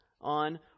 on